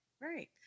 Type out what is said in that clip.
Right